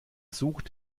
sucht